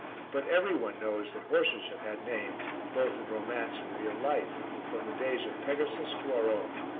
but every one knows that horses have had names, both in romance and real life, from the days of pegasus to our own.